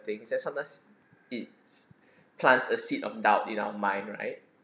things that sometimes it's plant a seed of doubt in our mind right